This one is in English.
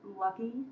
lucky